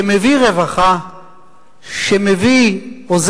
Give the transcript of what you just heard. שמביא רווחה,